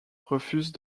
refuse